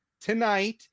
tonight